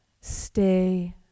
Stay